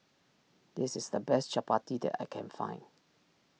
this is the best Chapati that I can find